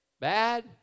Bad